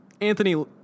Anthony